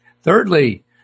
Thirdly